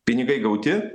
pinigai gauti